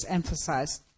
emphasized